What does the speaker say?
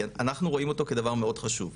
אנחנו רואים אותו כדבר מאוד חשוב,